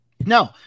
No